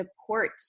support